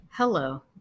Hello